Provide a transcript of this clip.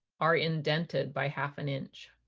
are indented by half an inch.